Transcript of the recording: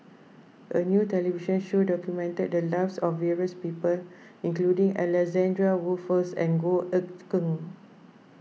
a new television show documented the lives of various people including Alexander Wolters and Goh Eck Kheng